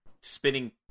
spinning